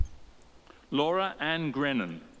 laura anne grennan.